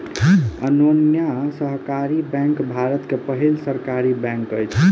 अन्योन्या सहकारी बैंक भारत के पहिल सहकारी बैंक अछि